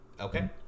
Okay